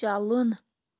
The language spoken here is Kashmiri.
چَلُن